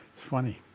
funny.